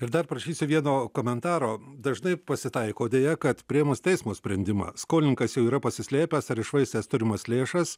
ir dar prašysiu vieno komentaro dažnai pasitaiko deja kad priėmus teismo sprendimą skolininkas jau yra pasislėpęs ar iššvaistęs turimas lėšas